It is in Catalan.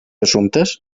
assumptes